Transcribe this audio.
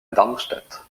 darmstadt